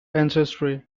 ancestry